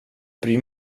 bryr